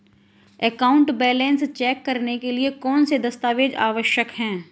Account balance check करने के लिए कौनसे दस्तावेज़ आवश्यक हैं?